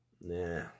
Nah